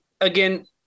again